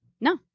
No